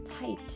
tight